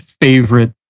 favorite